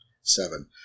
Seven